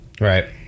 Right